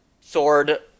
sword